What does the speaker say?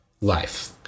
life